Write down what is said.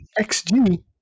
XG